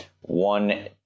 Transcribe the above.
one